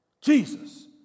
Jesus